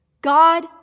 God